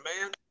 man